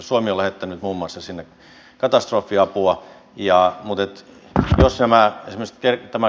suomi on lähettänyt sinne muun muassa katastrofiapua